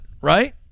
right